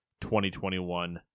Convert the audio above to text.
2021